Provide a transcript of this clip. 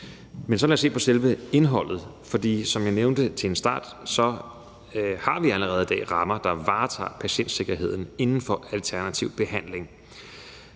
Men så lad os se på selve indholdet. For som jeg nævnte til en start, har vi allerede i dag rammer, der varetager patientsikkerheden inden for alternativ behandling.